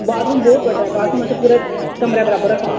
bathroom बहोत बड्डा bathroom आस्तै बहोत कमरा बराबर रक्खे दा